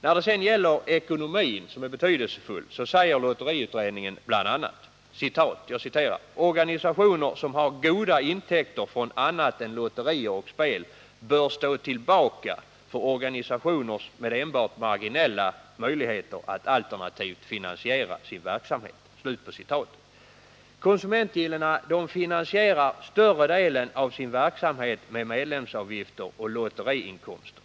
När det gäller ekonomin — som är betydelsefull — säger lotteriutredningen bl.a.: ”Organisationer som har goda intäkter från annat än lotterier och spel bör stå tillbaka för organisationer med enbart marginella möjligheter att alternativt finansiera sin verksamhet.” Konsumentgillena finansierar större delen av sin verksamhet med medlemsavgifter och lotteriinkomster.